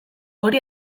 hori